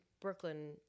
brooklyn